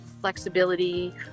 flexibility